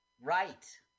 Right